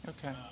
Okay